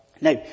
Now